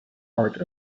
art